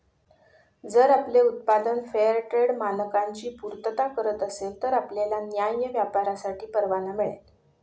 जर आपले उत्पादन फेअरट्रेड मानकांची पूर्तता करत असेल तर आपल्याला न्याय्य व्यापारासाठी परवाना मिळेल